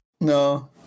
No